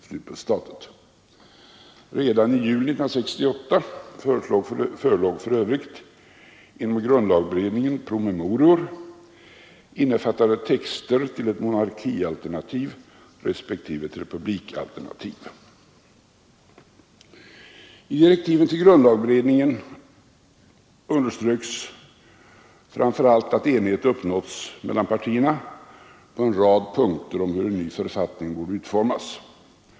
Redan i juli 1968 förelåg för övrigt inom grundlagberedningen promemorior innefattande texter till ett monarkialternativ respektive ett republikalternativ. I direktiven till grundlagberedningen underströks framför allt att enighet uppnåtts mellan partierna på en rad punkter om hur en ny författning borde utformas.